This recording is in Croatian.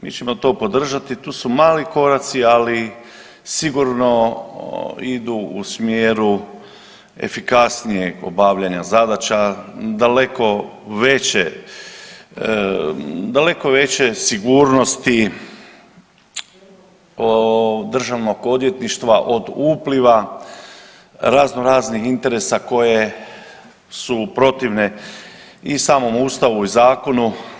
Mi ćemo to podržati, tu su mali koraci, ali sigurno idu u smjeru efikasnijeg obavljanja zadaća, daleko veće, daleko veće sigurnosti državnog odvjetništva od upliva razno raznih interesa koje su protivne i samom ustavu i zakonu.